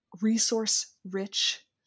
resource-rich